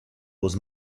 was